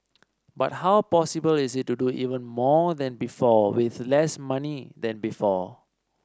but how possible is it to do even more than before with less money than before